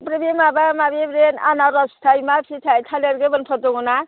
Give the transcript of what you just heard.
ओमफ्राय बे माबा माबि बे आनारस फिथाइ मा फिथाइ थालिर गोमोनफोर दङना